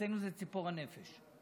אצלנו זה ציפור הנפש.